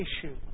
issue